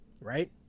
right